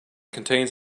contains